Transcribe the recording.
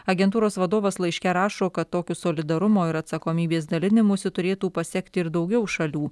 agentūros vadovas laiške rašo kad tokiu solidarumo ir atsakomybės dalinimusi turėtų pasekti ir daugiau šalių